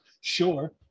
sure